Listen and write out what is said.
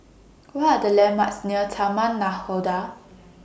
What Are The landmarks near Taman Nakhoda